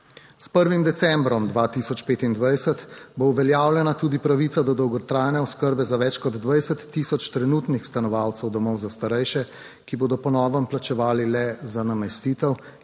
S 1. decembrom 2025 bo uveljavljena tudi pravica do dolgotrajne oskrbe za več kot 20 tisoč trenutnih stanovalcev domov za starejše, ki bodo po novem plačevali le za namestitev